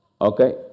okay